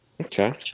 Okay